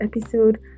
episode